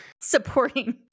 supporting